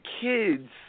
kids